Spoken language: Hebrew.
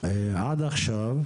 עד עכשיו,